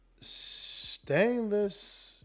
Stainless